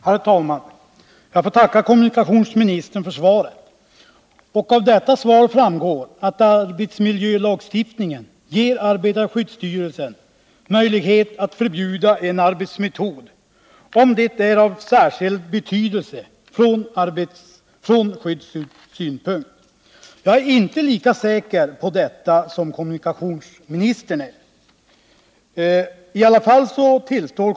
Herr talman! Jag får tacka kommunikationsministern för svaret. Av det framgår att arbetsmiljölagstiftningen ger arbetarskyddsstyrelsen möjlighet att förbjuda en arbetsmetod om det är av särskild betydelse från skyddssynpunkt. Jag är inte lika säker på detta som kommunikationsministern är.